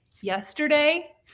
yesterday